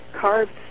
carved